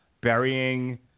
burying